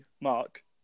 Mark